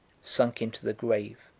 sunk into the grave.